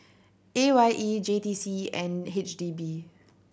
A Y E J T C and H D B